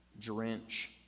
drench